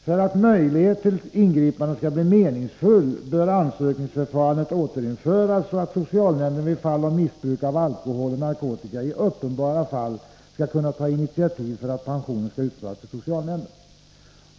För att möjlighet till ingripande skall bli meningsfull, bör ansökningsförfarandet återinföras, så att socialnämnden vid fall av missbruk av alkohol och narkotika i uppenbara fall skall kunna ta initiativ för att pensionen skall utbetalas till socialnämnden.